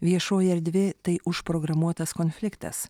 viešoji erdvė tai užprogramuotas konfliktas